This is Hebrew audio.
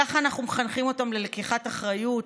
ככה אנחנו מחנכים אותם ללקיחת אחריות?